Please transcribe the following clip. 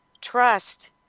trust